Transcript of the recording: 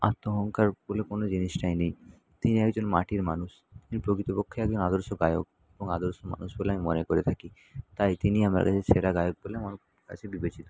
আত্ম অহংকার বলে কোনও জিনিসটাই নেই তিনি একজন মাটির মানুষ তিনি প্রকৃতপক্ষে একজন আদর্শ গায়ক এবং আদর্শ মানুষ বলে আমি মনে করে থাকি তাই তিনি আমার কাছে সেরা গায়ক বলে আমার কাছে বিবেচিত